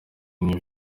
new